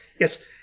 Yes